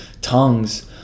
tongues